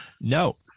No